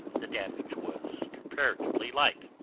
the damage was comparatively light.